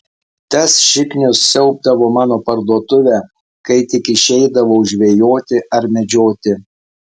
tas šiknius siaubdavo mano parduotuvę kai tik išeidavau žvejoti ar medžioti